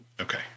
Okay